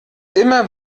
immer